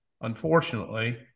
unfortunately